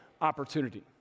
opportunity